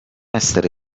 essere